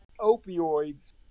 opioids